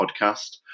podcast